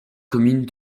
commune